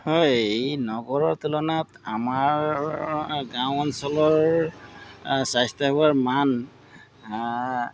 হয় এই নগৰৰ তুলনাত আমাৰ গাঁও অঞ্চলৰ স্বাস্থ্যসেৱাৰ মান